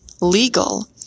Legal